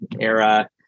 era